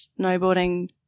snowboarding